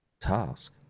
task